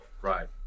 Right